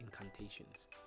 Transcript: incantations